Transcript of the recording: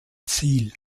ziel